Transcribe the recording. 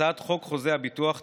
הצעת חוק חוזה הביטוח (תיקון,